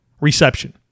reception